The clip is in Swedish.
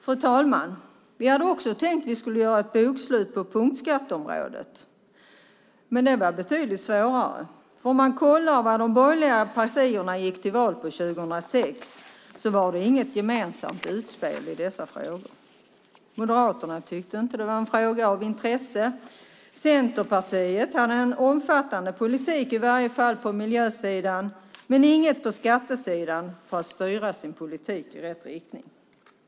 Fru talman! Vi hade tänkt att vi skulle göra ett bokslut på punktskatteområdet också, men det var betydligt svårare. Om man tittar på vad de borgerliga partierna gick till val på 2006 ser man att det inte var något gemensamt utspel i dessa frågor. Moderaterna tyckte inte att det var en fråga av intresse. Centerpartiet hade en omfattande politik på miljösidan men ingen på skattesidan för att styra sin politik i rätt riktning.